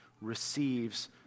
receives